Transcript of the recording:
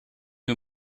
you